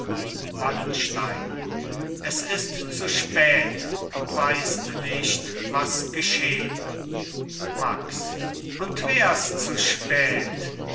wallenstein es ist zu spät du weißt nicht was geschehn max und wärs zu spät